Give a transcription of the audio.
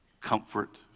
comfort